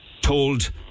told